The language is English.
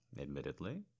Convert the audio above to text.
admittedly